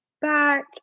back